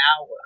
hour